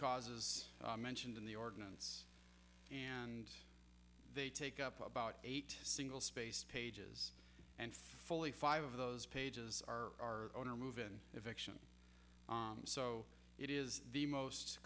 causes mentioned in the ordinance and they take up about eight single spaced pages and fully five of those pages are on or move in if action so it is the most